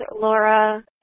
Laura